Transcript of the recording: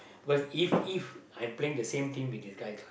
because if if I'm playing the same team with these guys lah